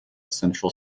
central